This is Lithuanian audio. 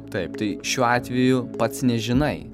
taip tai šiuo atveju pats nežinai